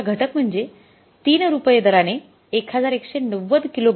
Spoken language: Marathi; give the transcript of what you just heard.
दुसरा घटक म्हणजे 3रुपये दराने ११९० कि